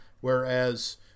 whereas